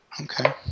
okay